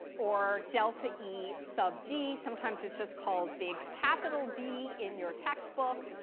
or delta e sub d. sometimes, it's just called big capital d in your textbook.